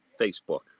Facebook